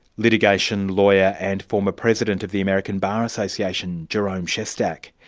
litigation lawyer and former president of the american bar association, jerome shestack.